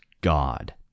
God